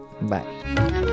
Bye